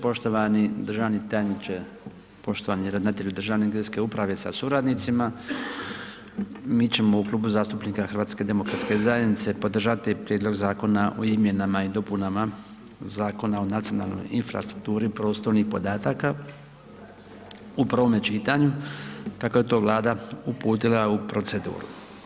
Poštovani državni tajniče, poštovani ravnatelju Državne geodetske uprave sa suradnicima, mi ćemo u Klubu zastupnika HDZ-a podržati Prijedlog Zakona o izmjenama i dopunama Zakona o nacionalnoj infrastrukturi prostornih podataka u prvome čitanju kako je to Vlada uputila u proceduru.